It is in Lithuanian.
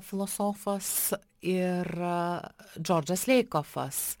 filosofas ir džordžas leikofas